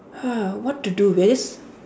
what to do with